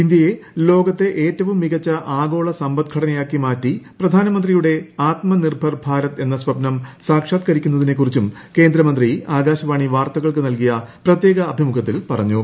ഇന്ത്യയെ ലോകത്തെ ഏറ്റവും മികച്ച ആഗോള സമ്പദ്ഘടനയാക്കി മാറ്റി പ്രധാനമന്ത്രിയുടെ ആത്മനിർഭർ ഭാരത് എന്ന സപ്നം സാക്ഷാത്ക്കരിക്കുന്നതി നെക്കുറിച്ചും കേന്ദ്രമന്ത്രി ആകാശവാണി വാർത്തകൾക്കു നൽകിയ പ്രത്യേക അഭിമുഖത്തിൽ പറഞ്ഞു